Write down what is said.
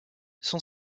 son